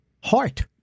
Heart